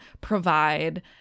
provide